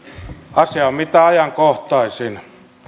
asia on mitä ajankohtaisin